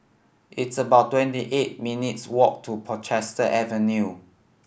it's about twenty eight minutes' walk to Portchester Avenue